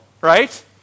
right